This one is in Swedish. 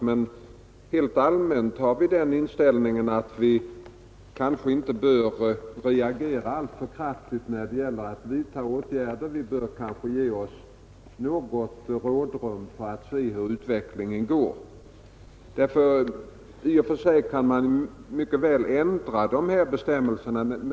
Men helt allmänt har vi den inställningen att vi kanske inte bör reagera alltför snabbt när det gäller att vidta åtgärder. Vi bör kanske ge oss något rådrum för att se hur utvecklingen går. I och för sig kan man mycket väl ändra dessa bestämmelser.